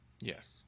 yes